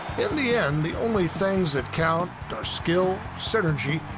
in the end the only things that count are skill synergy,